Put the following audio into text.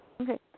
Okay